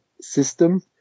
system